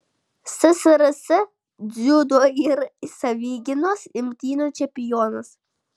ssrs dziudo ir savigynos imtynių čempionas